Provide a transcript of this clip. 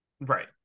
Right